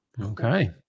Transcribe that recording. Okay